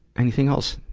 anything else,